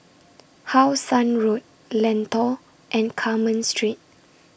How Sun Road Lentor and Carmen Street